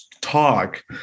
talk